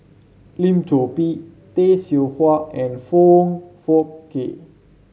Lim Chor Pee Tay Seow Huah and Foong Fook Kay